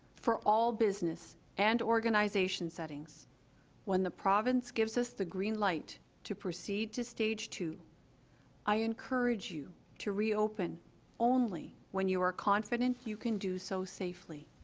for all business and organization settings when the province gives us the green light to proceed to stage two i encourage you to reopen only when you are confident you can do so safely